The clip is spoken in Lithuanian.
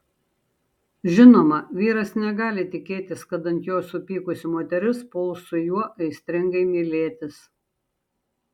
žinoma vyras negali tikėtis kad ant jo supykusi moteris puls su juo aistringai mylėtis